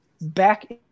back